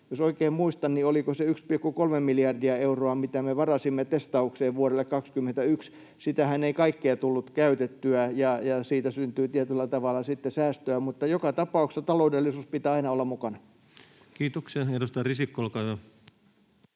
Jos oikein muistan, niin olikohan se 1,3 miljardia euroa, mitä me varasimme testaukseen vuodelle 21. Sitähän ei kaikkea tullut käytettyä, ja siitä syntyy tietyllä tavalla sitten säästöä, mutta joka tapauksessa taloudellisuus pitää aina olla mukana. [Speech 104] Speaker: Ensimmäinen